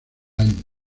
año